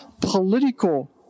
political